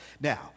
Now